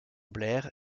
blair